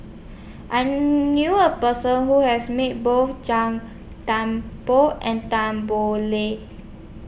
I knew A Person Who has Met Both Gan Tan Poh and Tan Boo Liat